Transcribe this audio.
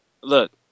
Look